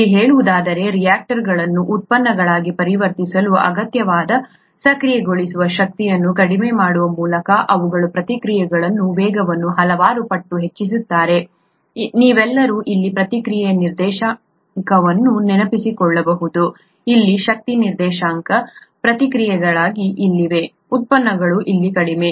ಇಲ್ಲಿ ಹೇಳುವುದಾದರೆ ರಿಯಾಕ್ಟಂಟ್ಗಳನ್ನು ಉತ್ಪನ್ನಗಳಾಗಿ ಪರಿವರ್ತಿಸಲು ಅಗತ್ಯವಾದ ಸಕ್ರಿಯಗೊಳಿಸುವ ಶಕ್ತಿಯನ್ನು ಕಡಿಮೆ ಮಾಡುವ ಮೂಲಕ ಅವುಗಳು ಪ್ರತಿಕ್ರಿಯೆಗಳ ವೇಗವನ್ನು ಹಲವಾರು ಪಟ್ಟು ಹೆಚ್ಚಿಸುತ್ತಾರೆ ನೀವೆಲ್ಲರೂ ಇಲ್ಲಿ ಪ್ರತಿಕ್ರಿಯೆ ನಿರ್ದೇಶಾಂಕವನ್ನು ನೆನಪಿಸಿಕೊಳ್ಳಬಹುದು ಇಲ್ಲಿ ಶಕ್ತಿ ನಿರ್ದೇಶಾಂಕ ಪ್ರತಿಕ್ರಿಯಾಕಾರಿಗಳು ಇಲ್ಲಿವೆ ಉತ್ಪನ್ನಗಳು ಇಲ್ಲಿ ಕಡಿಮೆ